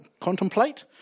contemplate